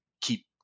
keep